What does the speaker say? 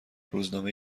روزنامه